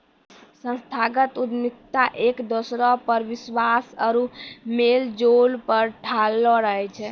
संस्थागत उद्यमिता एक दोसरा पर विश्वास आरु मेलजोल पर ठाढ़ो रहै छै